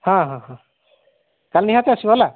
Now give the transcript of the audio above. ହଁ ହଁ ହଁ କାଲି ନିହାତି ଆସିବ ହେଲା